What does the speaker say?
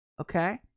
okay